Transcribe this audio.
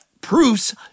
proofs